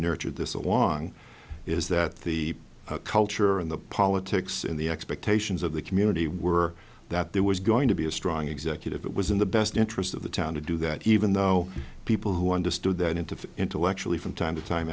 nurtured this along is that the culture and the politics and the expectations of the community were that there was going to be a strong executive it was in the best interest of the town to do that even though people who understood that interface intellectually from time to time